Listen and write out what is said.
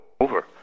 over